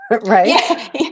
Right